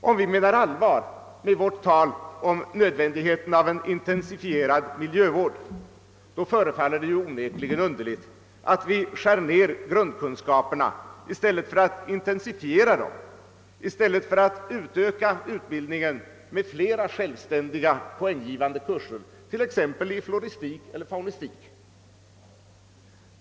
Om vi menar allvar med vårt tal om nödvändigheten av intensifierad miljövård förefaller det onekligen underligt att vi skär ned grundkunskaperna i stället för att öka dem och bygga på utbildningen med flera självständiga poänggivande kurser, t.ex. i floristik eller faunistik.